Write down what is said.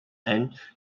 and